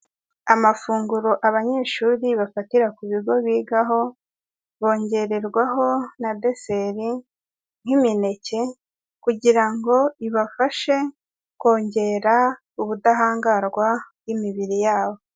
Amafunguro abanyeshuri bafatira ku bigo bigaho, bongererwaho na deseri nk'imineke kugira ngo ibafashe kongera ubudahangarwa bw'imibiri yabo.